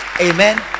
Amen